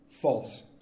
false